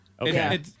Okay